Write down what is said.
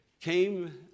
came